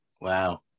wow